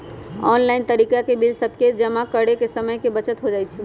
online तरिका से bill सभके जमा करे से समय के बचत हो जाइ छइ